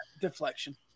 Deflection